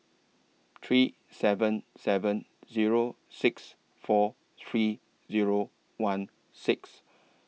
three seven seven Zero six four three Zero one six